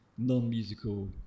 Non-musical